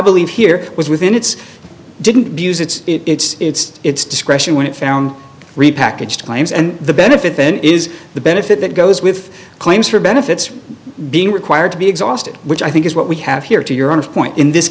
believe here was within its didn't buz it's it's it's its discretion when it found repackaged claims and the benefit then is the benefit that goes with claims for benefits being required to be exhausted which i think is what we have here to your honor's point in this